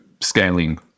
scaling